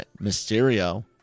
Mysterio